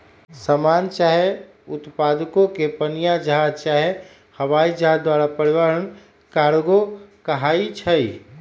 समान चाहे उत्पादों के पनीया जहाज चाहे हवाइ जहाज द्वारा परिवहन कार्गो कहाई छइ